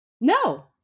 No